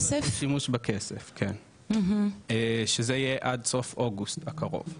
השימוש בכסף כן, שזה יהיה עד סוף אוגוסט הקרוב,